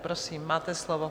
Prosím, máte slovo.